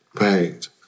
Right